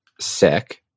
sick